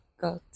got